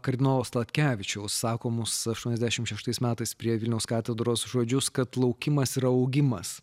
kardinolo sladkevičiaus sakomus aštuoniasdešimt šeštais metais prie vilniaus katedros žodžius kad laukimas yra augimas